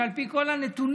שעל פי כל הנתונים,